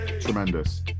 Tremendous